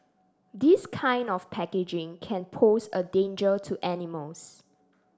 this kind of packaging can pose a danger to animals